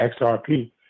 XRP